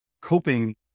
coping